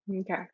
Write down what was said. okay